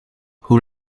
hoe